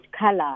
color